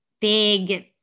big